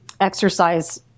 exercise